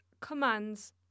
commands